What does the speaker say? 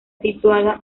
situada